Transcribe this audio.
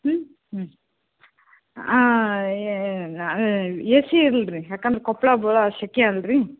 ಹ್ಞೂ ಹ್ಞೂ A C ಇರ್ಲಿ ರೀ ಯಾಕಂದ್ರೆ ಕೊಪ್ಪಳ ಭಾಳ ಸೆಕೆ ಅಲ್ಲ ರೀ